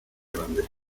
grandes